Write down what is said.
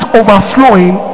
overflowing